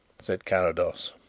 said carrados.